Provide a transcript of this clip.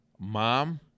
mom